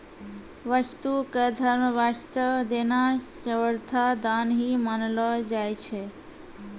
वस्तु क धर्म वास्तअ देना सर्वथा दान ही मानलो जाय छै